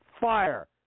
fire